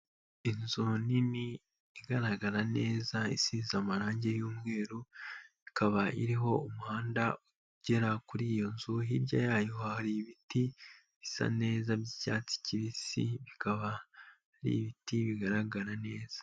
Inzu nini igaragara neza isize amarangi y'umweru, ikaba iriho umuhanda ugera kuri iyo nzu hirya yayo hari ibiti bisa neza by'icyatsi kibisi, bikaba ari ibiti bigaragara neza.